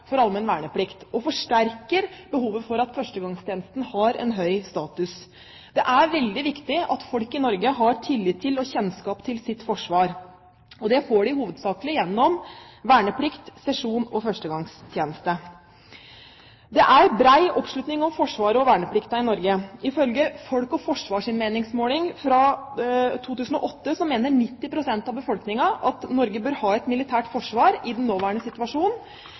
førstegangstjenesten har en høy status. Det er veldig viktig at folk i Norge har tillit til og kjennskap til Forsvaret. Det får de i hovedsak gjennom verneplikt, sesjon og førstegangstjeneste. Det er bred oppslutning om Forsvaret og verneplikten i Norge. Ifølge Folk og Forsvars meningsmåling fra 2008 mener 90 pst. av befolkningen at Norge bør ha et militært forsvar i den nåværende